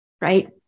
right